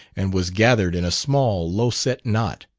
and was gathered in a small, low-set knot.